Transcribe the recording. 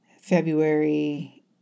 February